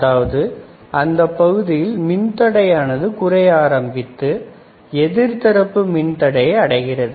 அதாவது அந்தப் பகுதியில் மின்தடை ஆனது குறைய ஆரம்பித்து எதிர் மதிப்பு மின்தடையை அடைகிறது